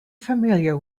familiar